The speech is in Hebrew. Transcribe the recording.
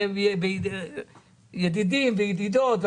ידידים וידידות,